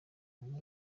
buntu